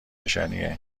نشانیه